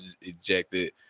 ejected